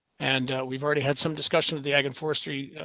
and we've already had some discussion with the egg and forestry